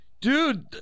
Dude